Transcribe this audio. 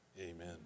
Amen